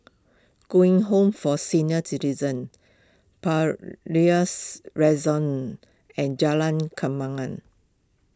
Eng Home for Senior Citizens Palais and Jalan Kembangan